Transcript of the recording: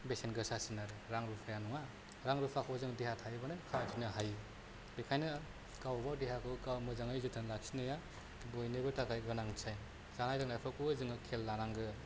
बेसेन गोसासिन आरो रां रुफाया नङा रां रुफाखौ जों देहा थायोबानो खामायफिननो हायो बेखायनो गावबागाव देहाखौ गाव मोजोङै जोथोन लाखिनाया बयनिबो थाखाय गोनांथि जानाय लोंनायफोरखौ जोङो खेल लानांगोन